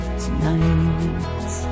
tonight